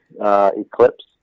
Eclipse